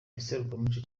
iserukiramuco